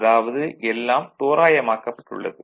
அதாவது எல்லாம் தோராயமாக்கப்பட்டுள்ளது